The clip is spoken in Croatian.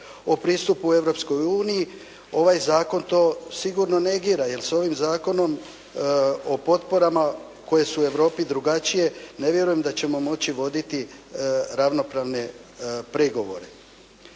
o pristupu Europskoj uniji ovaj zakon to sigurno negira jer se ovim zakonom o potporama koje su u Europi drugačije ne vjerujem da ćemo moći voditi ravnopravne pregovore.